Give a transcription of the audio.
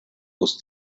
aus